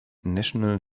national